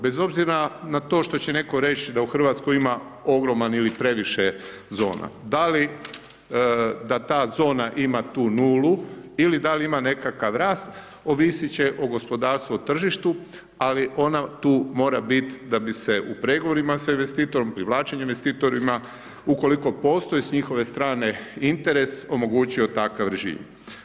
Bez obzira na to što će netko reć' da u Hrvatskoj ima ogroman ili previše zona, da li da ta zona ima tu nulu, ili dal' ima nekakav rast, ovisit će o gospodarstvu, o tržištu, ali ona tu mora bit da bi se u pregovorima s investitorom, privlačenju investitorima ukoliko postoji s njihove strane interes, omogućio takav režim.